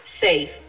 safe